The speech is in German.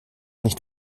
nicht